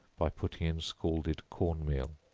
by putting in scalded corn meal,